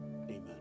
Amen